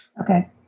Okay